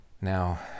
Now